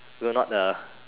will not uh